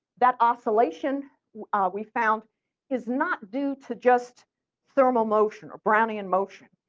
that oscillation we found is not due to just thermal motion or brownian motion,